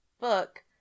book